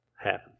happen